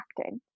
acting